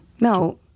no